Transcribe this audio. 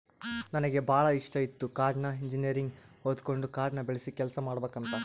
ನನಗೆ ಬಾಳ ಇಷ್ಟಿತ್ತು ಕಾಡ್ನ ಇಂಜಿನಿಯರಿಂಗ್ ಓದಕಂಡು ಕಾಡ್ನ ಬೆಳಸ ಕೆಲ್ಸ ಮಾಡಬಕಂತ